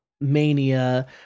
Mania